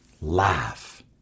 laugh